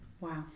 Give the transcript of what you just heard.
Wow